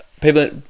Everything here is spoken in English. people